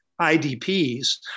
IDPs